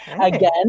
again